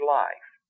life